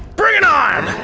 bring it on!